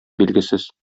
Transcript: билгесез